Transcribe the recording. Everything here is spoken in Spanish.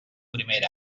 primer